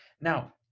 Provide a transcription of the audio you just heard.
now